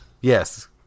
Yes